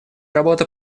работа